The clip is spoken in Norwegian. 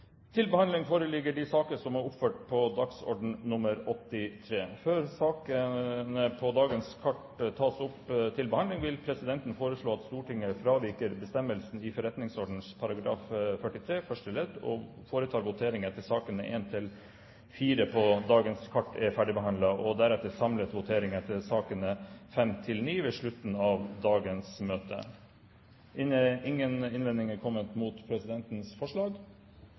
Før sakene på dagens kart tas opp til behandling, vil presidenten foreslå at Stortinget fraviker bestemmelsen i forretningsordenens § 43 første ledd og foretar votering etter at sakene nr. 1–4 på dagens kart er ferdig debattert, og deretter samlet votering etter sakene nr. 5–9 ved slutten av dagens møte. – Ingen innvendinger er kommet mot presidentens forslag,